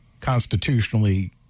constitutionally